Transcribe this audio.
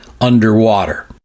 underwater